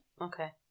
Okay